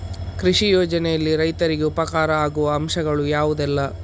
ಕೃಷಿ ಯೋಜನೆಯಲ್ಲಿ ರೈತರಿಗೆ ಉಪಕಾರ ಆಗುವ ಅಂಶಗಳು ಯಾವುದೆಲ್ಲ?